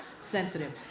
sensitive